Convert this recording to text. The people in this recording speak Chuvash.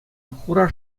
хура